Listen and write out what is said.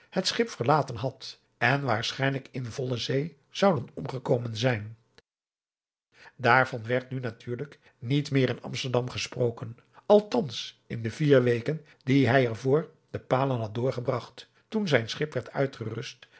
het schip verlaten had en waarschijnlijk in volle zee zouden omgekomen zijn daar van werd nu natuurlijk niet meer in amsterdam gesproken althans in de vier weken die hij er voor de palen had doorgebragt toen zijn schip werd uitgerust